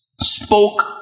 spoke